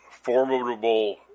formidable